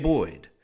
Boyd